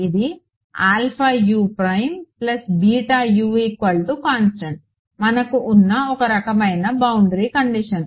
ఇది మనకు ఉన్న ఒక రకమైన బౌండరీ కండిషన్